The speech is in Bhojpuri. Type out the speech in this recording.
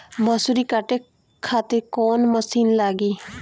मसूरी काटे खातिर कोवन मसिन लागी?